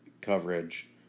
coverage